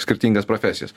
skirtingas profesijas